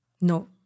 no